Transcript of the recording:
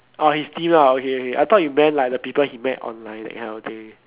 orh his team ah okay okay I thought you meant like the people he met online that kind of thing